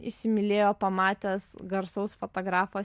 įsimylėjo pamatęs garsaus fotografo